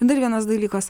dar vienas dalykas